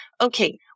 okay